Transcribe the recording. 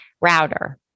router